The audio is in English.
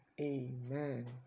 amen